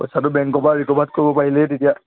পইচাটো বেংকৰপৰা ৰি'কভাৰড কৰিব পাৰিলেই তেতিয়া